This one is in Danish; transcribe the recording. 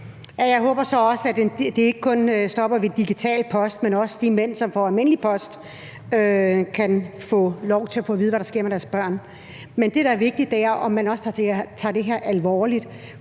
Jeg håber så også, at det ikke stopper ved digital post, men at de mænd, der får almindelig post, også kan få lov til at få at vide, hvad der sker med deres børn. Men det, der er vigtigt, er, om man også tager det her alvorligt,